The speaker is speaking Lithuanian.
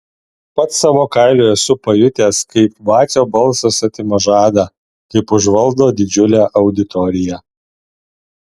pats savo kailiu esu pajutęs kaip vacio balsas atima žadą kaip užvaldo didžiulę auditoriją